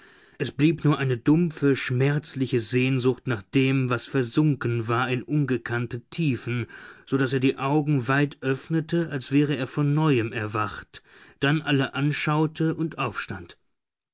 es blieb nur eine dumpfe schmerzliche sehnsucht nach dem was versunken war in ungekannte tiefen so daß er die augen weit öffnete als wäre er von neuem erwacht dann alle anschaute und aufstand